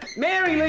mary,